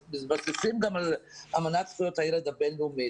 מתבססים גם על אמנת זכויות הילד הבין-לאומית.